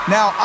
Now